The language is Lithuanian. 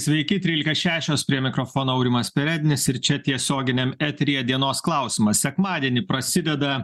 sveiki trylika šešios prie mikrofono aurimas perednis ir čia tiesioginiam eteryje dienos klausimas sekmadienį prasideda